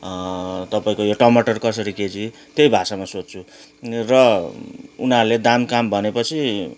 तपाईँको यो टमाटर कसरी केजी त्यही भाषामा सोध्छु र उनेहरूले दाम काम भनेपछि